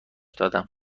دادم